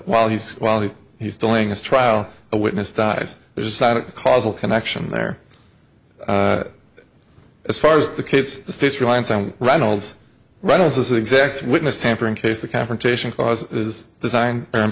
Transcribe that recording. while he's while he's he's doing his trial a witness dies there's a side of causal connection there as far as the case the state's reliance on reynolds reynolds is an exact witness tampering case the confrontation clause is designed